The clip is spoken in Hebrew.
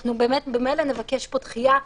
אנחנו ממילא נבקש פה דחייה,